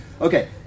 Okay